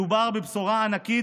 מדובר בבשורה ענקית,